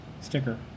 sticker